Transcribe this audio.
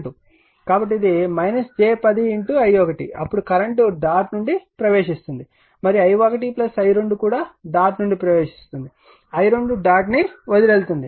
కాబట్టి ఇది j 10 i1 అప్పుడు కరెంట్ డాట్ నుండి ప్రవేశిస్తుంది మరియు i1 i2 కూడా డాట్ నుండి ప్రవేశిస్తుంది i2 డాట్ ను వదిలి వెళ్తుంది